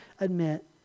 admit